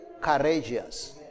courageous